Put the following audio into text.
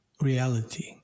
reality